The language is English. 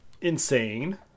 insane